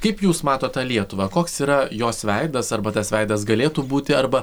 kaip jūs matot tą lietuvą koks yra jos veidas arba tas veidas galėtų būti arba